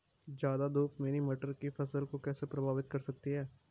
ज़्यादा धूप मेरी मटर की फसल को कैसे प्रभावित कर सकती है?